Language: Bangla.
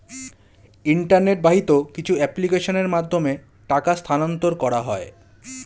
ইন্টারনেট বাহিত কিছু অ্যাপ্লিকেশনের মাধ্যমে টাকা স্থানান্তর করা হয়